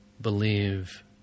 believe